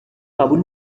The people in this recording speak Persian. قبول